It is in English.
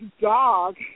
dog